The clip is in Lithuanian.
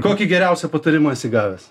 kokį geriausią patarimą esi gavęs